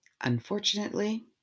Unfortunately